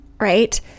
right